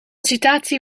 citatie